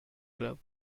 club